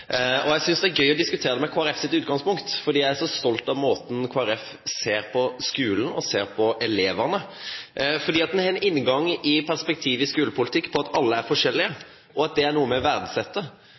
Og jeg synes det er gøy å diskutere det med Kristelig Folkepartis utgangspunkt, for jeg er stolt av den måten Kristelig Folkeparti ser på skolen og på elevene på. For man har som inngang og perspektiv i skolepolitikken at alle er forskjellige,